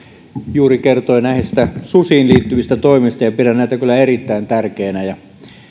juuri kertoi näistä susiin liittyvistä toimista ja pidän näitä kyllä erittäin tärkeinä esimerkiksi